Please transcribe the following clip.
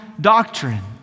doctrine